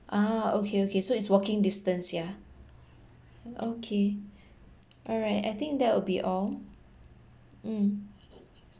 ah okay okay so it's walking distance yeah okay all right I think that will be all mm